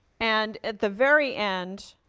and, at the very end,